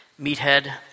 Meathead